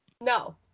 No